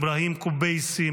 אבראהים קובייסי,